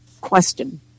question